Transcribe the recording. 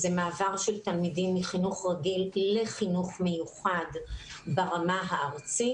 זה מעבר של תלמידים מחינוך רגיל לחינוך מיוחד ברמה הארצית.